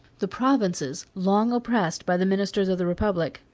the provinces, long oppressed by the ministers of the republic,